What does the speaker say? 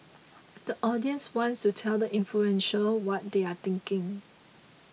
the audience wants to tell the influential what they are thinking